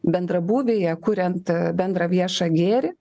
bendrabūvyje kuriant bendrą viešą gėrį